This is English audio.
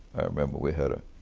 remember we had a